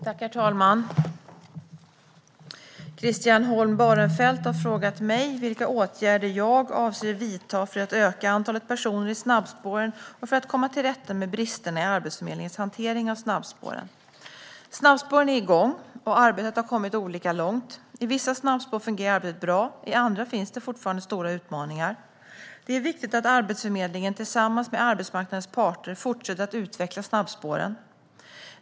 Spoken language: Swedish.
Herr talman! Christian Holm Barenfeld har frågat mig vilka åtgärder jag avser att vidta för att öka antalet personer i snabbspåren och för att komma till rätta med bristerna i Arbetsförmedlingens hantering av snabbspåren. Snabbspåren är i gång, och arbetet har kommit olika långt. I vissa snabbspår fungerar arbetet bra. I andra finns det fortfarande stora utmaningar. Det är viktigt att Arbetsförmedlingen fortsätter att utveckla snabbspåren tillsammans med arbetsmarknadens parter.